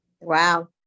Wow